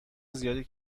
زیادی